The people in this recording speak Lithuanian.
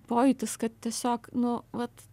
pojūtis kad tiesiog nu vat